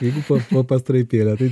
jeigu po po pastraipėlę tai